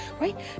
right